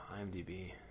IMDb